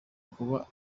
kuba